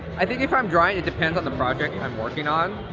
i think if i'm drawing, it depends on the project and i'm working on,